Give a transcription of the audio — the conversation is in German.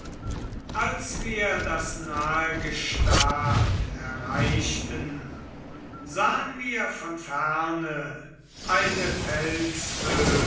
als wir das nahe gestad erreichten sahn wir von ferne eine